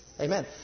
Amen